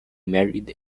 married